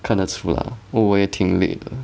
看得出 lah oh 我也挺累的